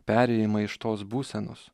perėjimą iš tos būsenos